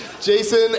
Jason